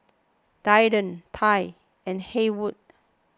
Delton Tye and Haywood